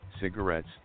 cigarettes